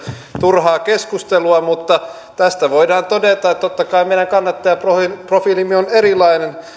turhaa keskustelua mutta tästä voidaan todeta että totta kai meidän kannattajaprofiilimme on erilainen